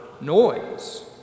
noise